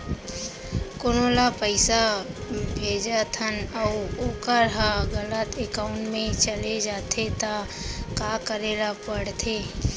कोनो ला पइसा भेजथन अऊ वोकर ह गलत एकाउंट में चले जथे त का करे ला पड़थे?